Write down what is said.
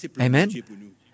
Amen